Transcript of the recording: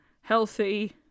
healthy